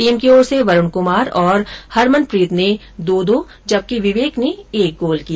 team की ओर से वरूण क्मार और हरमन प्रीत ने दो दो जबकि विवेक ने एक गोल किया